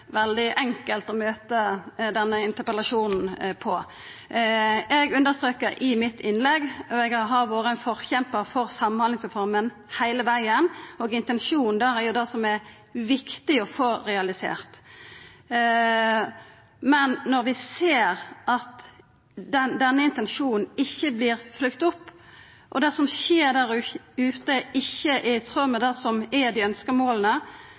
veldig enkelt å møta denne interpellasjonen med. Eg understreka i innlegget mitt – og eg har vore ein forkjempar for Samhandlingsreforma heile vegen: Intensjonen med ho er det som er viktig å få realisert. Men når vi ser at denne intensjonen ikkje vert følgd opp, og det som skjer der ute, ikkje er i tråd med det som er dei